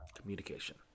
Communication